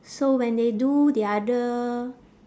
so when they do the other